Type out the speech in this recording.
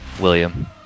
william